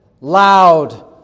loud